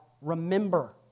Remember